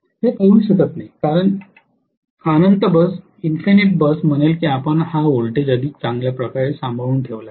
हे करू शकत नाही कारण इन्फ़िनिट बस म्हणेल की आपण हा व्होल्टेज अधिक चांगल्या प्रकारे सांभाळून ठेवला आहे